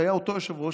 אותו יושב-ראש,